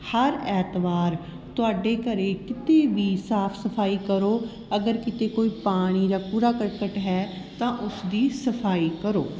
ਹਰ ਐਤਵਾਰ ਤੁਹਾਡੇ ਘਰ ਕਿਤੇ ਵੀ ਸਾਫ਼ ਸਫ਼ਾਈ ਕਰੋ ਅਗਰ ਕਿਤੇ ਕੋਈ ਪਾਣੀ ਜਾਂ ਕੂੜਾ ਕਰਕਟ ਹੈ ਤਾਂ ਉਸਦੀ ਸਫ਼ਾਈ ਕਰੋ